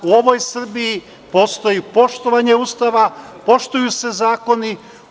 U ovoj Srbiji postoji poštovanje Ustava, poštuju se zakoni.